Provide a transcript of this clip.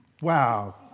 Wow